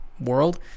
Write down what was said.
world